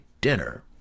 dinner